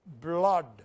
blood